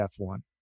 F1